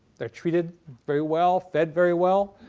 they are treated very well. fed very well,